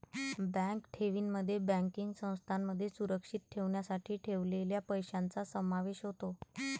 bank ठेवींमध्ये banking संस्थांमध्ये सुरक्षित ठेवण्यासाठी ठेवलेल्या पैशांचा समावेश होतो